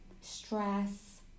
stress